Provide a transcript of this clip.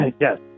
Yes